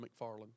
McFarland